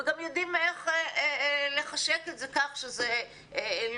וגם יודעים איך לחשק את זה כך שזה לא